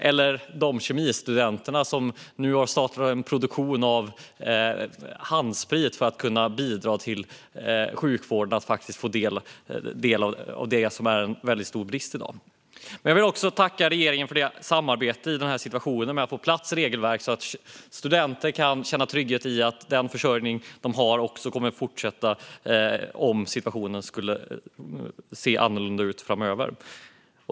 Jag vill också tacka de kemistudenter som nu för att kunna bidra till sjukvården har startat produktion av handsprit, som det råder väldigt stor brist på i dag. Men jag vill också tacka regeringen för samarbetet för att i den här situationen få på plats regelverk som gör att studenter kan känna trygghet i att den försörjning de har kommer att fortsätta även om situationen skulle se annorlunda ut framöver.